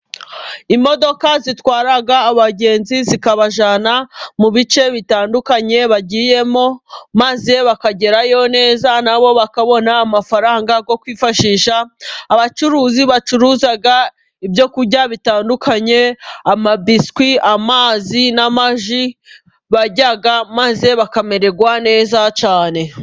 Imodoka zitwara abagenzi，zikabajyana mu bice bitandukanye bagiyemo，maze bakagerayo neza，nabo bakabona amafaranga yo kwifashisha，abacuruzi bacuruza ibyo kurya bitandukanye，amabiswi， amazi n'amaji，barya maze bakamererwa neza cyane.